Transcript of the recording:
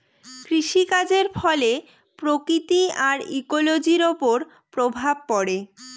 কৃষিকাজের ফলে প্রকৃতি আর ইকোলোজির ওপর প্রভাব পড়ে